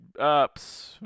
apps